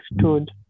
stood